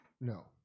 No